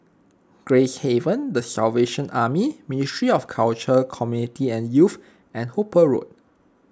Gracehaven the Salvation Army Ministry of Culture Community and Youth and Hooper Road